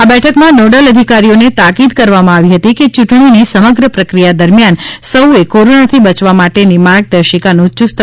આ બેઠકમાં નોડલ અધિકારીઓને તાકીદ કરવામાં આવી હતી કે ચૂંટણીની સમગ્ર પ્રક્રિયા દરમિયાન સૌએ કોરોનાથી બયવા માટેની માર્ગદર્શિકાનું યૂસ્તપણે પાલન કરવાનું છે